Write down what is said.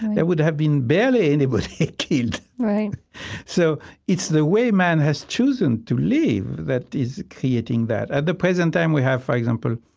there would have been barely anybody killed. right so it's the way man has chosen to live that is creating that. at the present time, we have, for example,